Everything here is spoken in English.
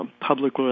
public